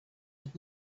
had